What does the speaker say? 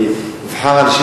ויבחר על,